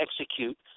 execute